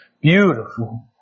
beautiful